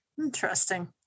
interesting